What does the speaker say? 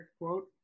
quote